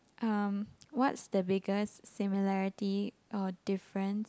um what's the biggest similarity or difference